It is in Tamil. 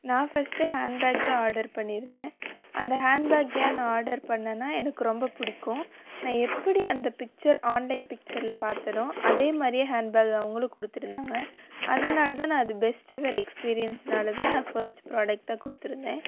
நான் ஃபஸ்ட்டு ஹேண்ட் பேக் தான் ஆடர் பண்ணிருந்தேன் அந்த ஹேண்ட் பேக் ஏன் நான் ஆடர் பண்னென்னா எனக்கு ரொம்ப பிடிக்கும் நான் எப்படி அந்த பிக்ச்சர் ஆன்லைன் பிக்ச்சரில் பார்த்தனோ அதே மாதிரியே ஹேண்ட் பேக் அவங்களும் கொடுத்துருந்தாங்க அதனால் தான் நான் அது பெஸ்ட் எவர் எக்ஸ்பீரியன்ஸ்னால் தான் நான் ஃபஸ்ட் ப்ராடக்டாக கொடுத்துருந்தேன்